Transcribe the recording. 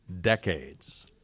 decades